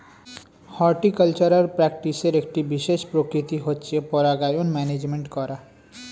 horticultural প্র্যাকটিসের একটি বিশেষ প্রকৃতি হচ্ছে পরাগায়ন ম্যানেজমেন্ট করা